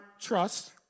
trust